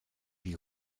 die